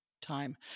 time